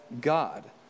God